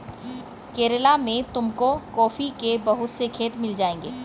केरला में तुमको कॉफी के बहुत से खेत मिल जाएंगे